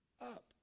up